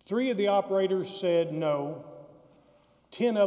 three of the operators said no ten of